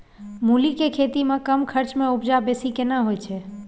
मूली के खेती में कम खर्च में उपजा बेसी केना होय है?